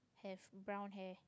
have brown hair